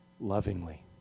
lovingly